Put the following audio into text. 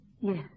Yes